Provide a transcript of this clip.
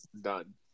done